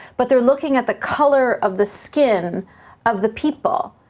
but they're looking at the color of the skin of the people,